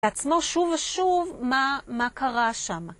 בעצמו, שוב ושוב, מה, מה קרה שם?